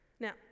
Now